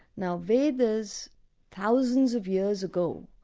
now vedas thousands of years ago,